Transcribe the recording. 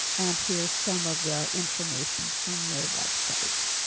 and here's some of the information from their website.